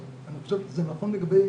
זה נכון לגבי